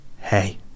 hey